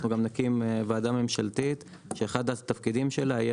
אנחנו גם נקים ועדה ממשלתית שאחד התפקידים שלה יהיה